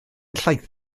llaeth